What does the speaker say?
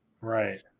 Right